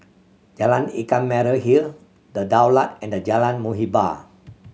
Jalan Ikan Merah Hill The Daulat and Jalan Muhibbah